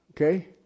Okay